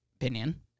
opinion